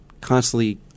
constantly